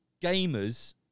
gamers